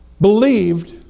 believed